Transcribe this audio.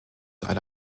alle